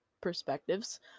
perspectives